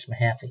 Mahaffey